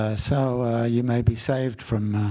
ah so you may be saved from